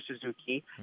Suzuki